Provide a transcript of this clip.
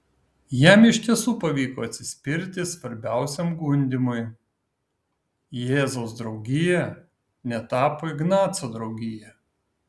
jam iš tiesų pavyko atsispirti svarbiausiam gundymui jėzaus draugija netapo ignaco draugija